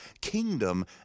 kingdom